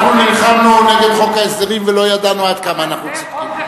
אנחנו נלחמנו נגד חוק ההסדרים ולא ידענו עד כמה אנחנו צודקים.